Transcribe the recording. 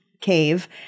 cave